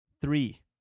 Three